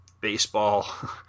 baseball